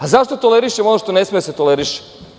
A zašto tolerišemo ono što ne sme da se toleriše?